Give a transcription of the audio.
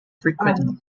frequently